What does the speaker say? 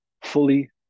fully